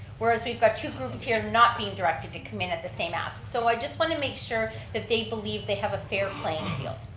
whereas we've got two groups here not being directed to come in at the same ask. so i just want to make sure that they believe they have a fair playing field.